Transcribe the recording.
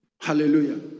Hallelujah